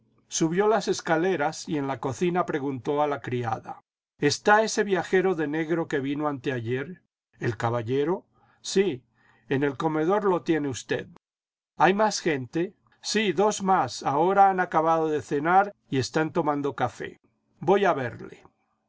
subió las escaleras y en la cocina preguntó a la criada está ese viajero de negro que vino anteayer el caballero sí en el comedor lo tiene usted hay más gente sí dos más ahora han acabado de cenar y están tomando café voy a verle